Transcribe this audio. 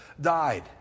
died